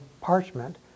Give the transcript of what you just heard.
parchment